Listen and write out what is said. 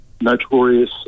notorious